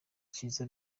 kiiza